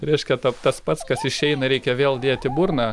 reiškia tap tas pats kas išeina reikia vėl dėt į burną